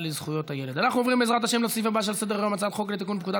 כי אנחנו מייד עוברים להצעה המוצמדת: הצעת חוק פעוטות